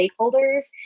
stakeholders